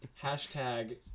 Hashtag